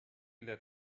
let